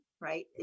right